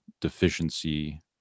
deficiency